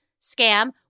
scam